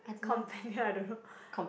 companion I don't know